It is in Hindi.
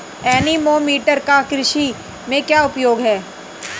एनीमोमीटर का कृषि में क्या उपयोग है?